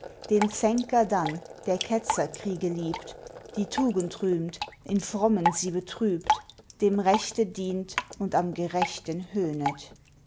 den zänker dann der ketzerkriege liebt die tugend rühmt in frommen sie betrübt dem rechte dient und am gerechten höhnet